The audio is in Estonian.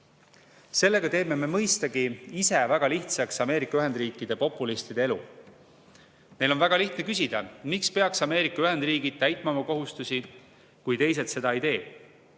Sellega teeme me mõistagi ise väga lihtsaks Ameerika Ühendriikide populistide elu. Neil on väga lihtne küsida, miks peaks Ameerika Ühendriigid täitma oma kohustusi, kui teised seda ei tee.